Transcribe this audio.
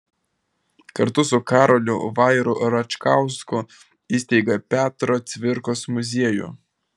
kartu su karoliu vairu račkausku įsteigė petro cvirkos muziejų